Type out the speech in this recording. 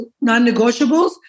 non-negotiables